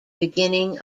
beginning